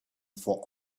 for